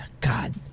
God